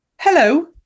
Hello